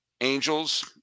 angels